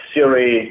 Siri